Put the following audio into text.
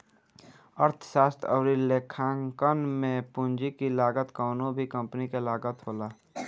अर्थशास्त्र अउरी लेखांकन में पूंजी की लागत कवनो भी कंपनी के लागत होला